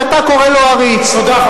שאתה קורא לו "עריץ" תודה,